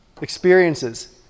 experiences